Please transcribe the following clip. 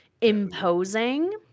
imposing